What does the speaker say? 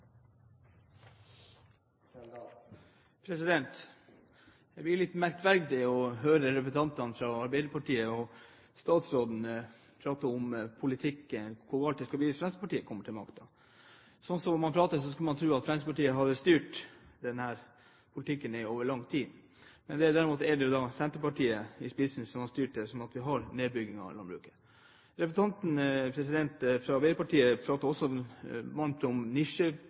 blir litt merkverdig å høre representantene fra Arbeiderpartiet og statsråden prate om politikk og hvor galt det skal bli når Fremskrittspartiet kommer til makten. Sånn som man prater, skulle man tro at Fremskrittspartiet hadde styrt denne politikken over lang tid. Men derimot er det jo regjeringen med Senterpartiet i spissen som har styrt sånn at vi nå har nedbygging av landbruket. Representanten fra Arbeiderpartiet prater også varmt om nisjeprodukter, bl.a. bær, og andre som skal få lov til